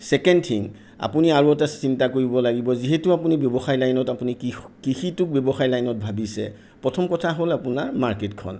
second thing আপুনি আৰু এটা চিন্তা কৰিব লাগিব যিহেতু আপুনি ব্যৱসায় লাইনত আপুনি কিষ কৃষিটোক ব্যৱসায় লাইনত আপুনি ভাবিছে প্ৰথম কথা হ'ল আপোনাৰ মাৰ্কেটখন